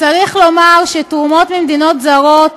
צריך לומר שתרומות ממדינות זרות,